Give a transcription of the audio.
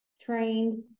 trained